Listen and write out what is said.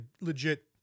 legit